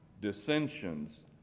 dissensions